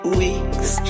weeks